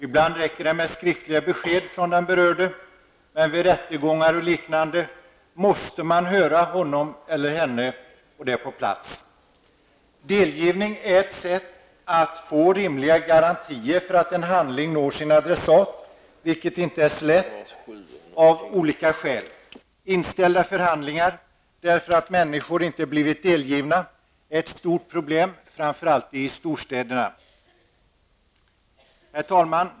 Ibland räcker det med skriftliga besked från den berörde, men vid rättegångar och liknande måste man höra honom eller henne på plats. Delgivning är ett sätt att få rimliga garantier för att en handling når sin adressat, vilket inte är så lätt av olika skäl. Förhandlingar som måste inställas därför att människor inte har blivit delgivna är ett stort problem framför allt i storstäderna. Herr talman!